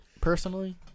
Personally